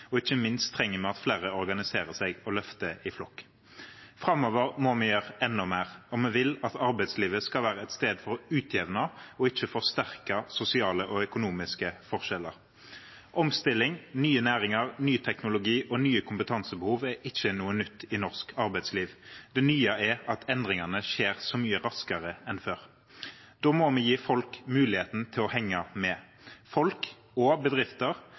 og ikke minst trenger vi at flere organiserer seg og løfter i flokk. Framover må vi gjøre enda mer, og vi vil at arbeidslivet skal være et sted for å utjevne, ikke forsterke, sosiale og økonomiske forskjeller. Omstilling, nye næringer, ny teknologi og nye kompetansebehov er ikke noe nytt i norsk arbeidsliv. Det nye er at endringene skjer så mye raskere enn før. Da må vi gi folk muligheten til å henge med. Folk og bedrifter